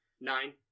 Nine